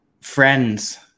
friends